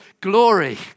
Glory